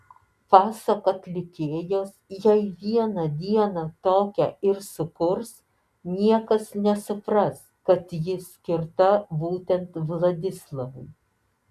pasak atlikėjos jei vieną dieną tokią ir sukurs niekas nesupras kad ji skirta būtent vladislavui